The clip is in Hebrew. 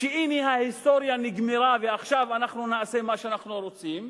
שהנה ההיסטוריה נגמרה ועכשיו נעשה מה שאנחנו רוצים,